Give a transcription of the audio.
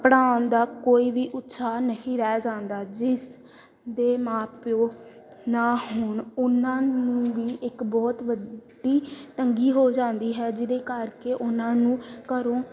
ਪੜ੍ਹਾਉਣ ਦਾ ਕੋਈ ਵੀ ਉਤਸਾਹ ਨਹੀਂ ਰਹਿ ਜਾਂਦਾ ਜਿਸ ਦੇ ਮਾਂ ਪਿਓ ਨਾ ਹੋਣ ਉਹਨਾਂ ਨੂੰ ਵੀ ਇੱਕ ਬਹੁਤ ਵੱਡੀ ਤੰਗੀ ਹੋ ਜਾਂਦੀ ਹੈ ਜਿਹਦੇ ਕਰਕੇ ਉਹਨਾਂ ਨੂੰ ਘਰੋਂ